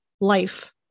life